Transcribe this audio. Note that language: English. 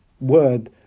word